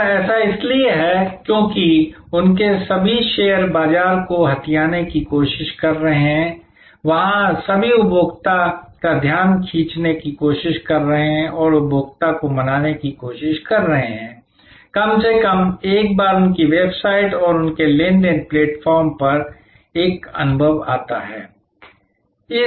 और ऐसा इसलिए है क्योंकि उनके सभी शेयर बाजार को हथियाने की कोशिश कर रहे हैं वहाँ सभी उपभोक्ता का ध्यान खींचने की कोशिश कर रहे हैं और उपभोक्ता को मनाने की कोशिश कर रहे हैं कम से कम एक बार उनकी वेबसाइट और उनके लेनदेन प्लेटफ़ॉर्म पर एक अनुभव आता है